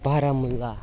Baramulla